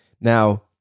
Now